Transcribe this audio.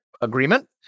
Agreement